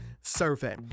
survey